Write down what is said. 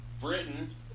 Britain